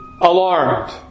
alarmed